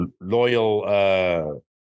loyal